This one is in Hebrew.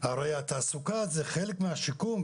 הרי התעסוקה היא חלק מן השיקום,